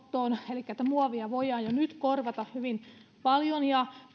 muovia voidaan jo nyt korvata hyvin paljon ja